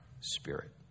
spirit